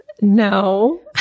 No